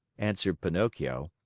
answered pinocchio,